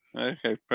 okay